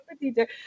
teacher